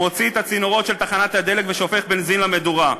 מוציא את הצינורות של תחנת הדלק ושופך בנזין למדורה,